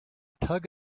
tug